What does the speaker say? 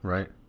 Right